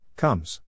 Comes